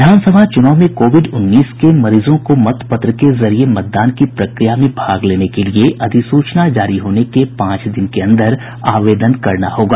विधानसभा चुनाव में कोविड उन्नीस के मरीजों को मत पत्र के जरिये मतदान की प्रक्रिया में भाग लेने के लिए अधिसूचना जारी होने के पांच दिन के अन्दर आवेदन करना होगा